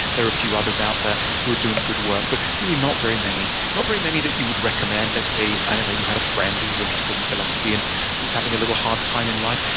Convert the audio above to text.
there are a few others out there who are doing good work, but really not very many. not very many that you would recommend. let's say, i don't know, you had a friend who was interested in philosophy and was having a little hard time in life.